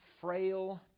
frail